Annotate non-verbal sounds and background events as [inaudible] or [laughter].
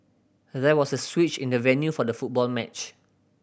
[unintelligible] there was a switch in the venue for the football match